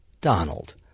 Donald